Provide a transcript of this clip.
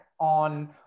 on